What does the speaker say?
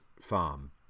farm